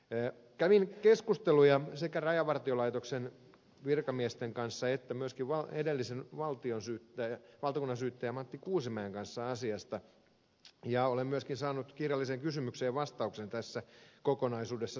kävin keskusteluja sekä rajavartiolaitoksen virkamiesten että myöskin edellisen valtakunnansyyttäjän matti kuusimäen kanssa asiasta ja olen myöskin saanut kirjalliseen kysymykseen vastauksen tässä kokonaisuudessa